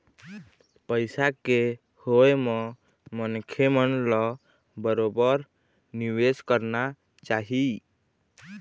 पइसा के होय म मनखे मन ल बरोबर निवेश करना चाही